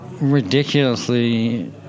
ridiculously